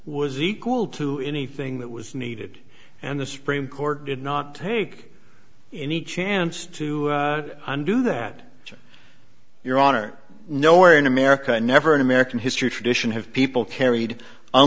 was equal to anything that was needed and the supreme court did not take any chance to undo that action your honor no where in america and never in american history tradition have people carried